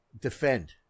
defend